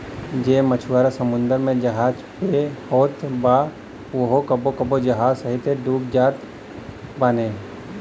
जे मछुआरा समुंदर में जहाज पे होत बा उहो कबो कबो जहाज सहिते डूब जात बाने